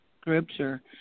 Scripture